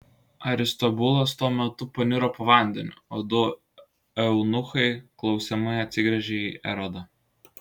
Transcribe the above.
aristobulas tuo metu paniro po vandeniu o du eunuchai klausiamai atsigręžė į erodą